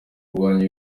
kurwanya